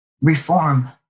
reform